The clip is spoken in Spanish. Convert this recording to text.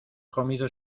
comido